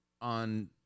on